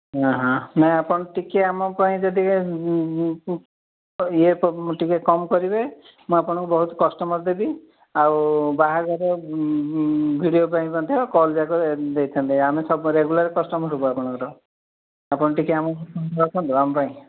ହଁ ହଁ ନାଇଁ ଆପଣ ଟିକିଏ ଆମ ପାଇଁ ଯଦି ଇଏ ଟିକିଏ କମ୍ କରିବେ ମୁଁ ଆପଣଙ୍କୁ ବହୁତ କଷ୍ଟମର୍ ଦେବି ଆଉ ବାହାଘର ଭିଡ଼ିଓ ପାଇଁ ମଧ୍ୟ କଲ୍ଯାକ ଦେଇଥାନ୍ତେ ଆମେ ସବୁ ରେଗୁଲାର୍ କଷ୍ଟମର୍ ହେବୁ ଆପଣଙ୍କର ଆପଣ ଟିକିଏ ଆମ ପାଇଁ